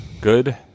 good